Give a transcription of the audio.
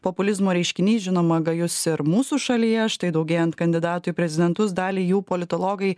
populizmo reiškiniai žinoma gajus ir mūsų šalyje štai daugėjant kandidatų į prezidentus dalį jų politologai